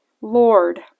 Lord